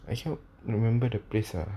I can't remember the place ah